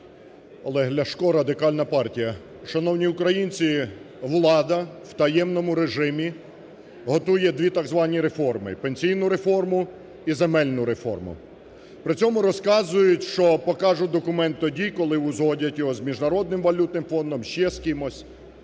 Олег Ляшко, Радикальна партія. Шановні українці, влада в таємному режимі готує дві так звані реформи – пенсійну реформу і земельну реформу. При цьому розказують, що покажуть документ тоді, коли узгодять його з Міжнародним валютним фондом, ще з кимось,